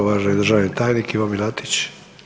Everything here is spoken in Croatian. Uvaženi državni tajnik Ivo Miletić.